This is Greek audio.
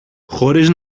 χωρίς